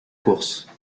course